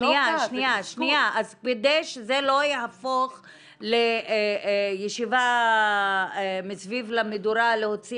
אז כדי שזה לא יהפוך לישיבה מסביב למדורה להוציא